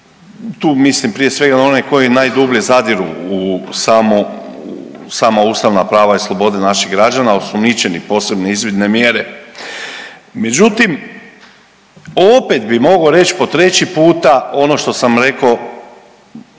Tu mislim prije svega na one koji najdublje zadiru u sama ustavna prava i slobode naših građana osumnjičeni, posebne izvidne mjere. Međutim, opet bih mogao reći po treći puta ono što sam rekao